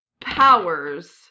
powers